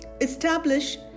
Establish